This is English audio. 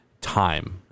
time